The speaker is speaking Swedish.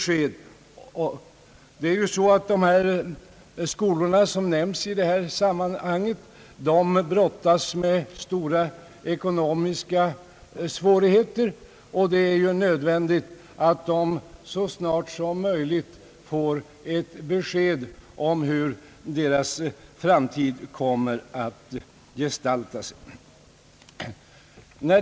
De skolor som nämnts i detta sammanhang brottats ju med stora ekonomiska svårigheter, och det är nödvändigt att de så snart som möjligt får ett besked om hur deras framtid kommer att gestalta sig.